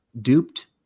duped